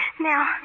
Now